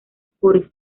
spotify